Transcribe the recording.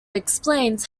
explains